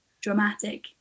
dramatic